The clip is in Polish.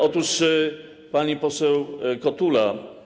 Otóż pani poseł Kotula.